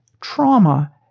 trauma